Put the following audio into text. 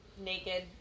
naked